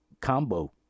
combo